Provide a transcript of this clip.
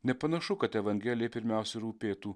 nepanašu kad evangelijai pirmiausia rūpėtų